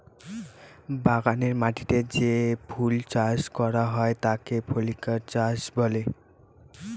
বাগানের মাটিতে যে ফুল চাষ করা হয় তাকে ফ্লোরিকালচার বলে